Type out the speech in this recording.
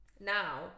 now